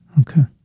Okay